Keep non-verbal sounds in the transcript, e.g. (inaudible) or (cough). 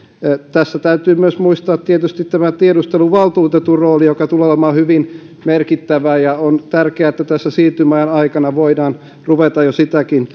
tässä täytyy tietysti myös muistaa tämä tiedusteluvaltuutetun rooli joka tulee olemaan hyvin merkittävä ja on tärkeää että tässä siirtymäajan aikana voidaan ruveta jo sitäkin (unintelligible)